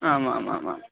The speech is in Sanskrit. आमामामां